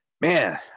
man